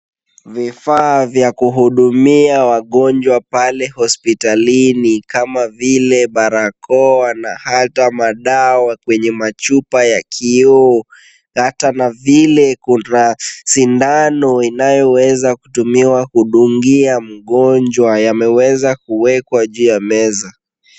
Vifaa vya kuhudumia wagonjwa pale hospitalini kama vile barakoa na hata madawa kwenye machupa ya kioo, ata na vile kuna sindano inayoweza kutumiwa kudungia mgonjwa yameweza kuwekwa juu ya meza.